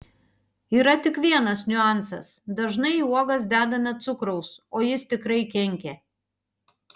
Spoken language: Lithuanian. yra tik vienas niuansas dažnai į uogas dedame cukraus o jis tikrai kenkia